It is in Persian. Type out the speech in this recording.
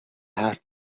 حرف